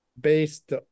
based